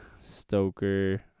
Stoker